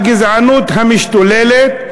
הגזענות המשתוללת,